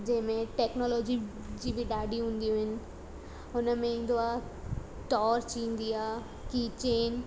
जंहिंमें टेक्नोलॉजी बि ॾढियूं हूंदियूं आहिनि हुन में ईंदो आहे टॉर्च ईंदी आहे की चेन